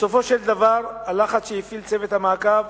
בסופו של דבר, הלחץ שהפעיל צוות המעקב